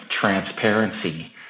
transparency